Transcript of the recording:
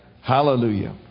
Hallelujah